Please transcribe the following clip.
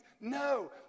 No